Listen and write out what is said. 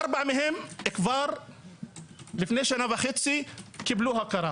ארבעה מהם כבר לפני שנה וחצי קיבלו הכרה